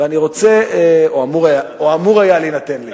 או אמור היה להינתן לי.